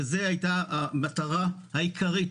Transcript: וזאת היתה המטרה העיקרית